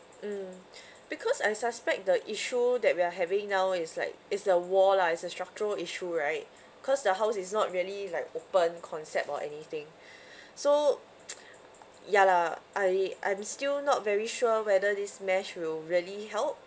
mm because I suspect the issue that we are having now is like it's the wall lah it's a structural issue right cause the house is not really like open concept or anything so ya lah I I'm still not very sure whether this mesh will really help